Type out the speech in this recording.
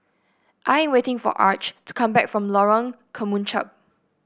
I am waiting for Arch to come back from Lorong Kemunchup